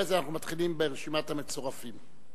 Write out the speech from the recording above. אחרי זה אנחנו מתחילים ברשימת המצטרפים.